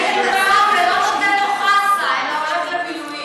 אלא הולך למילואים.